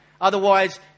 Otherwise